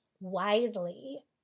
wisely